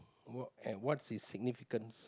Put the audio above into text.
what and what's its significance